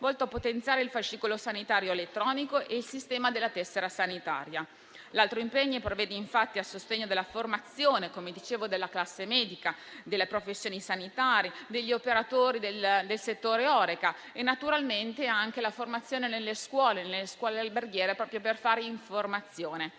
volto a potenziare il fascicolo sanitario elettronico e il sistema della tessera sanitaria. L'altro impegno assunto riguarda il sostegno alla formazione della classe medica, come dicevo, delle professioni sanitarie e degli operatori del settore Horeca e naturalmente anche alla formazione nelle scuole alberghiere proprio per fare informazione.